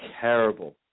terrible